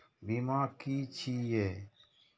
बीमा की छी ये?